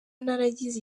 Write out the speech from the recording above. naragize